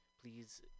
please